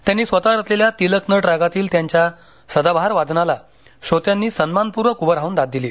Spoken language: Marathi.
त्यांनी स्वतः रचलेल्या तिलक नट रागातील त्यांच्या सदाबहार वादनाला श्रोत्यांनी सन्मानपूर्वक उभं राहून दाद दिली